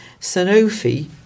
Sanofi